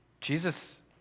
Jesus